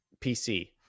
PC